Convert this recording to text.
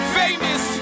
famous